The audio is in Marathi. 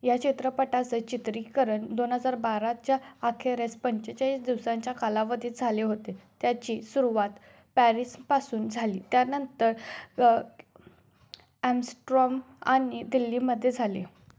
या चित्रपटाचं चित्रीकरण दोन हजार बाराच्या अखेरीस पंचेचाळीस दिवसांच्या कालावधीत झाले होते त्याची सुरवात पॅरिसपासून झाली त्यानंतर ॲम्सट्रॉम आणि दिल्लीमध्ये झाले